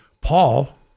Paul